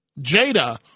Jada